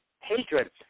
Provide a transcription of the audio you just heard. hatred